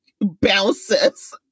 bounces